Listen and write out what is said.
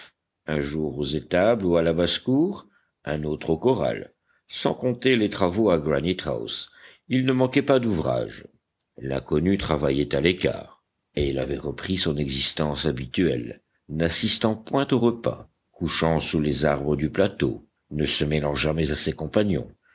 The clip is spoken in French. un jour aux étables ou à la basse-cour un autre au corral sans compter les travaux à granite house ils ne manquaient pas d'ouvrage l'inconnu travaillait à l'écart et il avait repris son existence habituelle n'assistant point aux repas couchant sous les arbres du plateau ne se mêlant jamais à ses compagnons